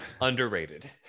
underrated